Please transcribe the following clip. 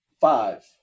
five